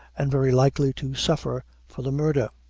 and very likely to suffer for the murder.